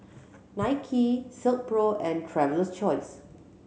Nike Silkpro and Traveler's Choice